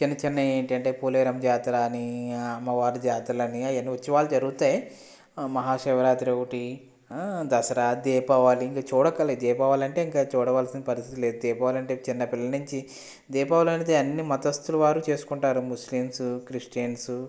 చిన్న చిన్నవి ఏంటంటే పోలేరమ్మ జాతర అని అమ్మవారి జాతర్లు అని ఉత్సవాలు జరుగుతాయి మహాశివరాత్రి ఒకటి దసరా దీపావళి చూడక్కర్లేదు దీపావళి అంటే ఇంక చూడవలసిన పరిస్థితి లేదు దీపావళి అంటే చిన్నపిల్లల నుంచి దీపావళి అయితే అన్ని మతస్థుల వారు చేసుకుంటారు ముస్లింస్ క్రిస్టియన్స్